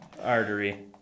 artery